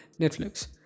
Netflix